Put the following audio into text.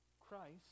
Christ